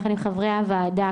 יחד עם חברי הוועדה,